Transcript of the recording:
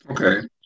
Okay